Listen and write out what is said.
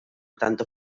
tanto